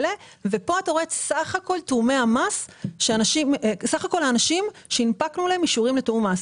כאן אתה רואה את סך כל האנשים שהנפקנו להם אישורים לתיאום מס.